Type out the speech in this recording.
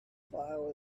file